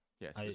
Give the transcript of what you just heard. yes